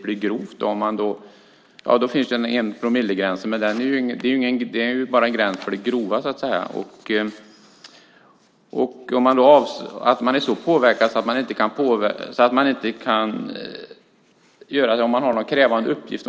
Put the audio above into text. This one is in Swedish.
Men gränsen vid 1 promille är bara en gräns för grovt sjöfylleri. Om man är så påverkad att man inte kan utföra en krävande uppgift